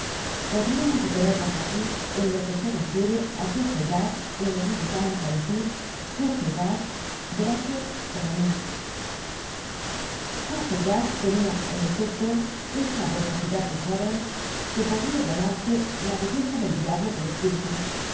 podríamos detenernos aquí en lo que se refiere á courfeyrac y nos limitamos á decir courfeyrac véase tolomyes content from google book search generated at courfeyrac tenia en efecto esa verbosidad de jóven que podria llamarse la belleza del diablo del espíritu